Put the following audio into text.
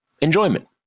enjoyment